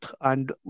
And-